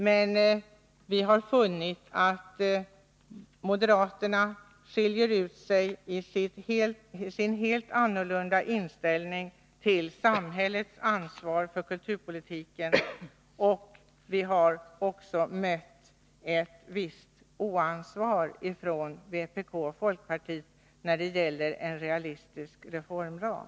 Men vi har funnit att moderaterna genom sin helt annorlunda inställning till samhällets ansvar för kulturpolitiken skiljer ut sig i detta sammanhang. Från vpk och folkpartiet har vi å andra sidan mött en viss ansvarslöshet i frågan om vad som är en realistisk reformram.